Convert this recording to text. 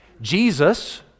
Jesus